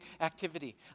activity